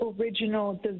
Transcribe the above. original